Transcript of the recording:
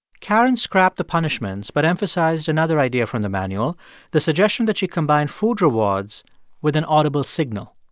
karen scrapped the punishments but emphasized another idea from the manual the suggestion that you combine food rewards with an audible signal.